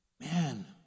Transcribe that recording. man